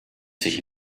sich